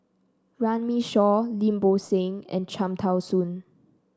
Runme Shaw Lim Bo Seng and Cham Tao Soon